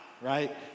right